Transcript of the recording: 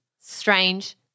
Strange